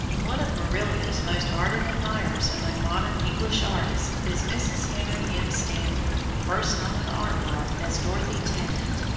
one of murillo's most ardent admirers among modern english artists is mrs. henry m. stanley, first known in the art world as dorothy tennant.